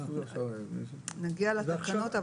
נגיע לתקנות.